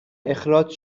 اخراج